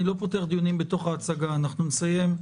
אני לא פותח דיונים בתוך ההצגה, אנחנו נסיים.